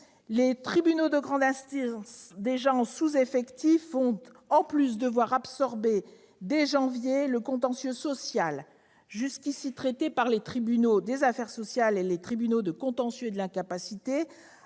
Les tribunaux de grande instance, déjà en sous-effectif, vont devoir absorber dès janvier le contentieux social, qui était jusqu'à présent traité par les tribunaux des affaires de sécurité sociale et les tribunaux du contentieux de l'incapacité,